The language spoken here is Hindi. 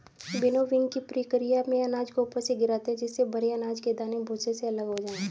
विनोविंगकी प्रकिया में अनाज को ऊपर से गिराते है जिससे भरी अनाज के दाने भूसे से अलग हो जाए